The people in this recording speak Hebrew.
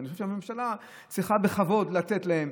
אבל אני חושב שהממשלה צריכה בכבוד לתת להם.